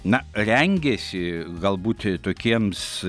na rengiasi galbūt tokiems